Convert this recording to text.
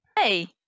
Hey